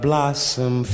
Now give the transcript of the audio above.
Blossom